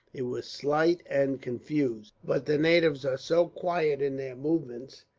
it was slight and confused, but the natives are so quiet in their movements,